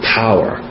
power